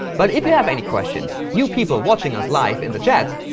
but if you have any questions, you people watching us live in the chat,